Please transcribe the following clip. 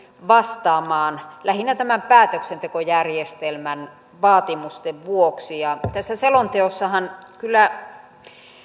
vastaamaan lähinnä tämän päätöksentekojärjestelmän vaatimusten vuoksi selonteossahan kyllä